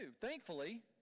thankfully